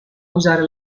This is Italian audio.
usare